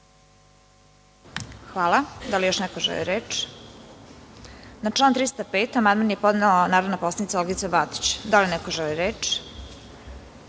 Hvala. Da li još neko želi reč? Na član 305. amandman je podnela narodna poslanica Olgica Batić. Da li neko želi reč? Na